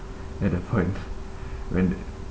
at that point when that